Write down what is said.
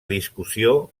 discussió